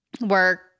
work